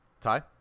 Ty